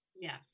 Yes